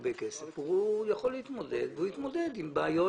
מרוויח הרבה כסף והוא יכול להתמודד והוא יתמודד עם בעיות